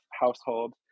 household